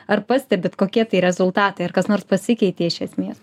ar pastebit kokie tai rezultatai ar kas nors pasikeitė iš esmės